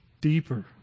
deeper